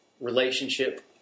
relationship